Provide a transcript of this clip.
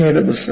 Simha പുസ്തകം